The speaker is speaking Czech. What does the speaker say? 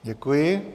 Děkuji.